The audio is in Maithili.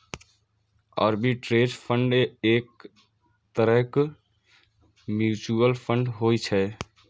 आर्बिट्रेज फंड एक तरहक म्यूचुअल फंड होइ छै